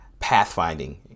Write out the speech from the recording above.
pathfinding